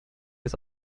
ist